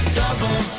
double